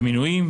במינויים,